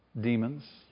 demons